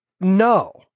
no